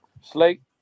Slate